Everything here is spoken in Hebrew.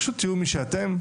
פשוט תהיו מי שאתם,